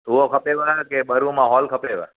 उहा खपेव की ॿ रूम हॉल खपेव